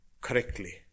correctly